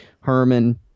Herman